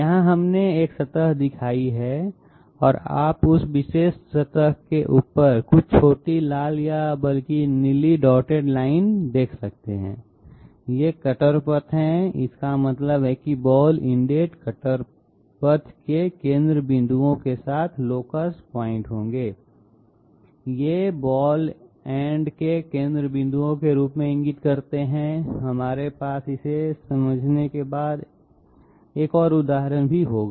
यहाँ हमने एक सतह दिखाई है और आप उस विशेष सतह के ऊपर कुछ छोटी लाल या बल्कि नीली डॉटेड लाइन एँ देख सकते हैं ये कटर पथ हैं इसका मतलब है कि बॉल इंडेड कटर पथ के केंद्र बिंदुओं के साथ लोकस पॉइंट होंगे ये बॉल एंड के केंद्र बिंदुओं के रूप में इंगित करते हैं हमारे पास इसे समझने के लिए बाद में एक उदाहरण भी होगा